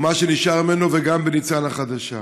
או מה שנשאר ממנו, וגם בניצן החדשה.